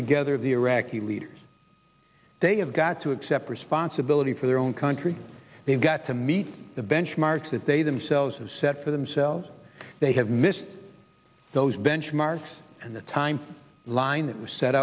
together the iraqi leaders they have got to accept responsibility for their own country they've got to meet the benchmarks that they themselves have set for themselves they have missed those benchmarks and the time line that was set